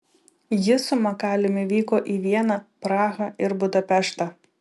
ji su makaliumi vyko į vieną prahą ir budapeštą